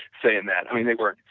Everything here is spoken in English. saying that, i mean they were,